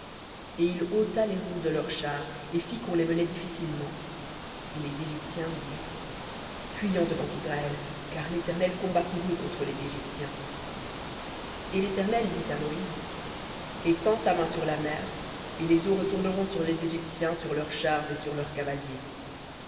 et il ôta les roues de leurs chars et fit qu'on les menait difficilement et les égyptiens dirent fuyons devant israël car l'éternel combat pour eux contre les égyptiens et l'éternel dit à moïse étends ta main sur la mer et les eaux retourneront sur les égyptiens sur leurs chars et sur leurs cavaliers